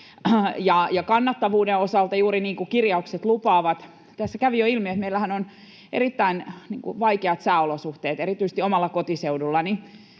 kannattavuuden osalta juuri niin kuin kirjaukset lupaavat. Tässä kävi jo ilmi, että meillähän on erittäin vaikeat sääolosuhteet, erityisesti omalla kotiseudullani,